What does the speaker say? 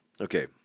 Okay